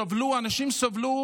אנשים סבלו